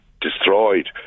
destroyed